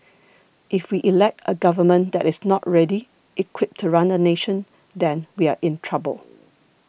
if we elect a government that is not ready equipped to run a nation then we are in trouble